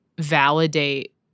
validate